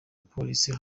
mupolisi